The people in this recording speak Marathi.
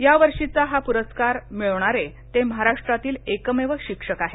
यावर्षीचा हा पुरस्कार मिळवणारे ते महाराष्ट्रातील एकमेव शिक्षक आहेत